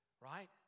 right